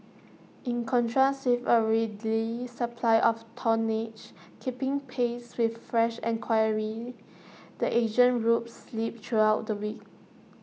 in contrast with A readily supply of tonnage keeping pace with fresh and enquiry the Asian routes slipped throughout the week